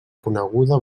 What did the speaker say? coneguda